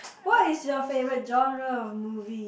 what is your favourite genre of movie